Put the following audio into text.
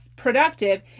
productive